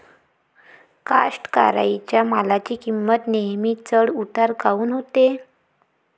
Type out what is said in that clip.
कास्तकाराइच्या मालाची किंमत नेहमी चढ उतार काऊन होते?